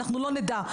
ואנחנו לא נדע.